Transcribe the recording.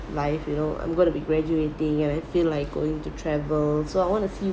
life you know I'm gonna be graduating and I feel like going to travel so I want to see